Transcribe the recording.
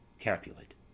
Capulet